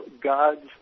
God's